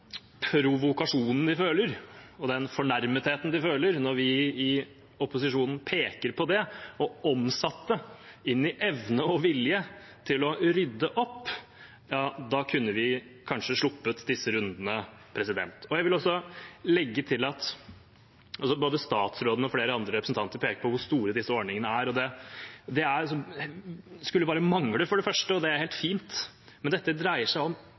provokasjonen og den fornærmetheten de føler når vi i opposisjonen peker på det, og omsatt det i evne og vilje til å rydde opp, kunne vi kanskje sluppet disse rundene. Jeg vil også legge til at både statsråden og flere representanter peker på hvor store disse ordningene er. Det skulle for det første bare mangle, og det er helt fint. Men dette dreier seg om